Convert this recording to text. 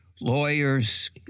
lawyers